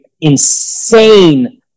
insane